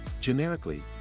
Generically